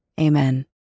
Amen